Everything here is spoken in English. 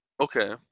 Okay